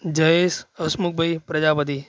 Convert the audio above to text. જએસ Hasmukhbhai Prajapati